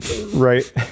Right